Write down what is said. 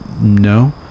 no